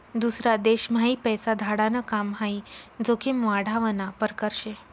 दूसरा देशम्हाई पैसा धाडाण काम हाई जोखीम वाढावना परकार शे